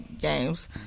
games